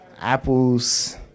apples